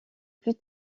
plus